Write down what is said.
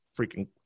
freaking